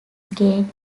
gain